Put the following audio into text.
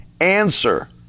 Answer